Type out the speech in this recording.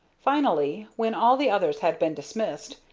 finally, when all the others had been dismissed,